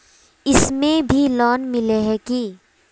इसमें भी लोन मिला है की